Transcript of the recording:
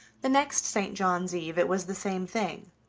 the next st. john's eve it was the same thing,